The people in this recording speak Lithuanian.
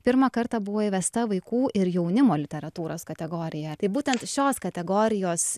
pirmą kartą buvo įvesta vaikų ir jaunimo literatūros kategorija tai būtent šios kategorijos